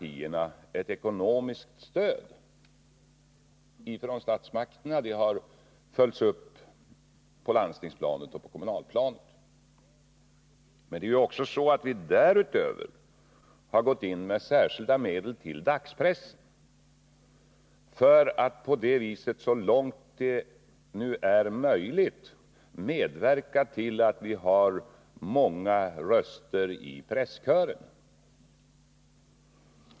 Det stödet har alltså utgått från statsmakterna, och det har följts upp på landstingsplanet och på kommunalplanet. Därutöver har vi gått in med särskilda medel till dagspressen för att på det viset så långt som möjligt medverka till att vi får många röster i presskören.